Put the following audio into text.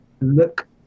Look